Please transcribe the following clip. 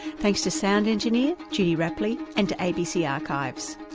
thanks to sound engineer, judy rapley and to abc archives.